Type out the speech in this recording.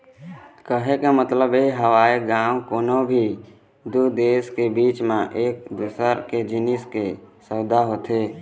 कहे के मतलब ये हवय गा के कोनो भी दू देश के बीच म एक दूसर के जिनिस के सउदा होथे